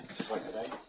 just like today?